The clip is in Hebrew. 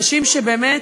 אנשים שבאמת,